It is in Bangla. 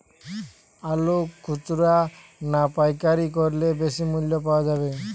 আলু খুচরা না পাইকারি করলে বেশি মূল্য পাওয়া যাবে?